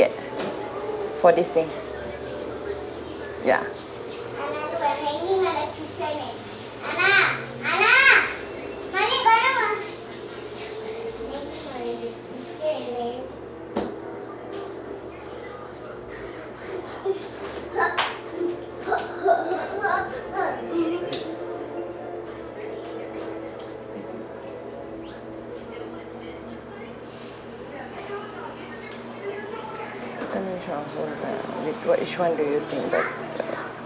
for this thing ya which [one] do you think better